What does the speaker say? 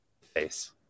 Face